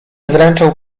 wręczę